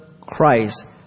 Christ